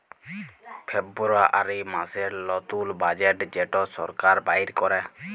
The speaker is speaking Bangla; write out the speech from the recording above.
ফেব্রুয়ারী মাসের লতুল বাজেট যেট সরকার বাইর ক্যরে